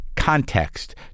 context